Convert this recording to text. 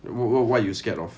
what what you scared of